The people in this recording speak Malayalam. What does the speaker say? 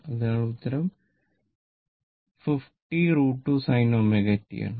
അതിനാൽ ഉത്തരം 50 √ 2 sin ω t ആണ്